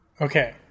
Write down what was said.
Okay